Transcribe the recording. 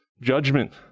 judgment